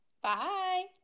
Bye